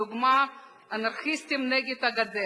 כדוגמת "אנרכיסטים נגד הגדר",